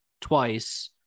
twice